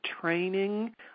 training